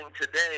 today